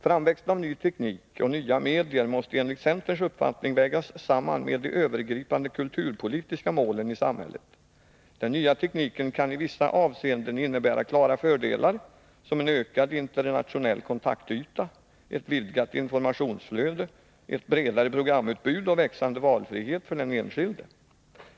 Framväxten av ny teknik och nya medier måste enligt centerns uppfattning vägas samman med de övergripande kulturpolitiska målen i samhället. Den nya tekniken kan i vissa avseenden innebära klara fördelar, som en ökad internationell kontaktyta, ett vidgat informationsflöde, ett bredare programutbud och växande valfrihet för den enskilde.